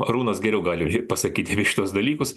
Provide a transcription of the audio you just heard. arūnas geriau gali pasakyti šituos dalykus